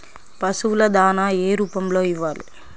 పశువుల దాణా ఏ రూపంలో ఇవ్వాలి?